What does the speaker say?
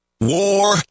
War